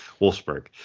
Wolfsburg